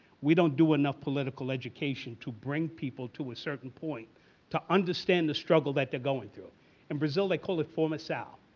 we don't don't do enough political education to bring people to a certain point to understand the struggle that they're going through in brazil they call it formacao,